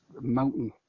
mountain